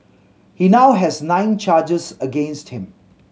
he now has nine charges against him